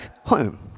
home